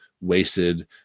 wasted